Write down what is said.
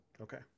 Okay